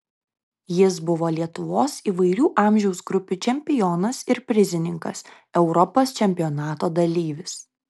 jis buvo lietuvos įvairių amžiaus grupių čempionas ir prizininkas europos čempionato dalyvis